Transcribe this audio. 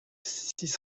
six